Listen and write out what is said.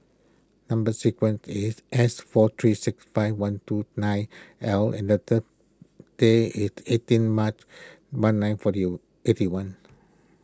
Number Sequence is S four three six five one two nine L and day is eighteen March one nine forty eighty one